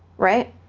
right?